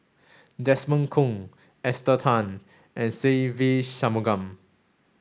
Desmond Kon Esther Tan and Se Ve Shanmugam